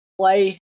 play